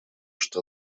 что